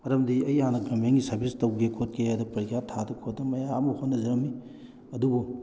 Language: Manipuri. ꯃꯔꯝꯗꯤ ꯑꯩ ꯍꯥꯟꯅ ꯒꯔꯕꯔꯃꯦꯟꯒꯤ ꯁꯥꯔꯚꯤꯁ ꯇꯧꯒꯦ ꯈꯣꯠꯀꯦ ꯍꯥꯏꯗꯅ ꯄꯩꯔꯤꯈꯥ ꯊꯥꯗꯅ ꯈꯣꯠꯇꯅ ꯃꯌꯥꯝ ꯑꯃ ꯍꯣꯠꯅꯖꯔꯝꯃꯤ ꯑꯗꯨꯕꯨ